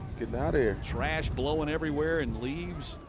out of here. trash blowing everywhere and leaves.